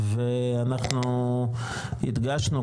ואנחנו הדגשנו,